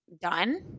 done